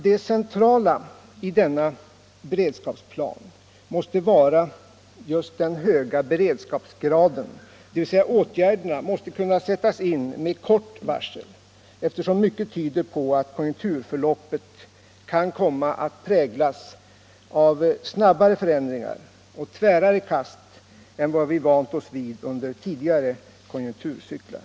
Det centrala i denna beredskapsplanering måste vara den höga beredskapsgraden. Åtgärderna måste kunna sättas in med kort var sel, eftersom mycket tyder på att konjunkturförloppet kan komma att präglas av snabbare förändringar och tvärare kast än vad vi vant oss vid under tidigare konjunkturcykler.